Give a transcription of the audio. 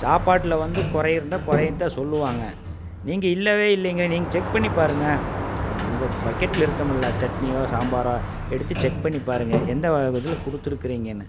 சாப்பாட்டில் வந்து குறை இருந்தால் குறையத்தான் சொல்லுவாங்க நீங்கள் இல்லவே இல்லைங்கிறீங்க நீங்கள் செக் பண்ணி பாருங்க உங் உங்கள் பக்கெட்டில் இருக்குமில்ல சட்னியோ சாம்பாரோ எடுத்து செக் பண்ணி பாருங்க எந்த இதில் கொடுத்துருக்கிறீங்கன்னு